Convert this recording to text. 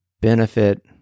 benefit